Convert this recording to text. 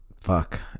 Fuck